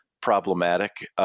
problematic